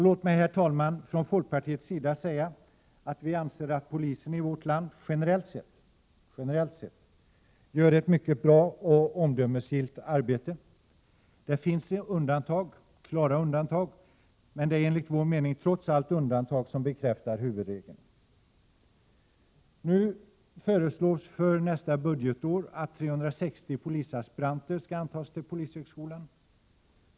Låt mig, herr talman, säga att vi från folkpartiets sida anser att polisen i vårt land generellt sett gör ett mycket bra och omdömesgillt arbete. Det finns undantag, klara undantag, men det är enligt vår mening trots allt bara undantag. För nästa budgetår föreslås att 360 polisaspiranter skall antas till polishögskolan.